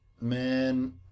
Man